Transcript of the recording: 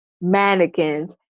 mannequins